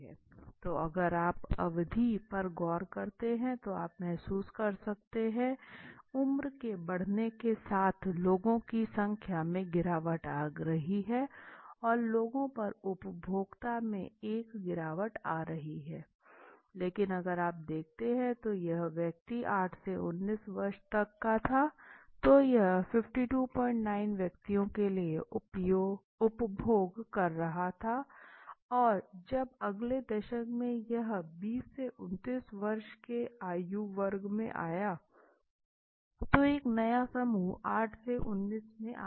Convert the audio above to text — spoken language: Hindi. तो अगर आप अवधि पर गौर करते हैं तो आप महसूस कर सकते हैं उम्र के बढ़ने के साथ लोगों की संख्या में गिरावट आ रही है और लोगों के उपभोग में भी गिरावट आ रही है लेकिन अगर आप देखो तो जब यह व्यक्ति 8 से 19 वर्ष तक का था तो यह 529 व्यक्तियों के लिए उपभोग कर रहा था और जब अगले दशक में यह 20 से 29 वर्ष के आयु वर्ग में आया तो एक नया समूह 8 से 19 वर्ष में आ गया